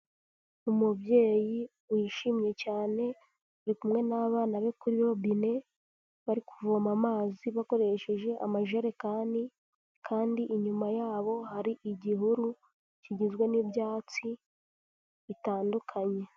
Umubyeyi wishimye cyane, ari kumwe n'abana be kuri robine bari kuvoma amazi bakoresheje amajerekani kandi inyuma yabo hari igihuru kigizwe n'ibyatsi bitandukanye.